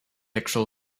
actual